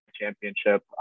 championship